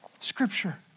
Scripture